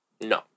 No